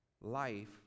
life